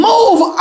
Move